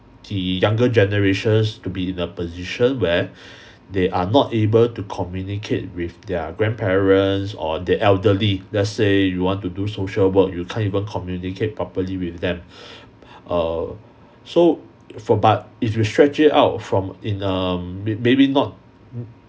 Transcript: the younger generations to be in a position where they are not able to communicate with their grandparents or the elderly let's say you want to do social work you can't even communicate properly with them err so for but if you stretch it out from in um maybe not